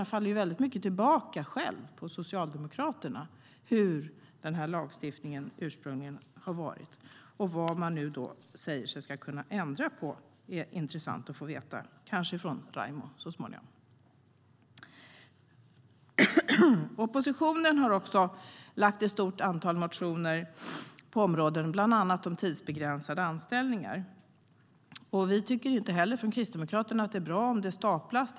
Det faller alltså tillbaka på Socialdemokraterna själva hur denna lagstiftning ursprungligen blev. Det vore intressant att få veta vad de tror att de kan ändra på. Det kanske Raimo kan berätta så småningom. Oppositionen har väckt ett stort antal motioner, bland annat om tidsbegränsade anställningar. Kristdemokraterna tycker inte heller att det är bra om de staplas.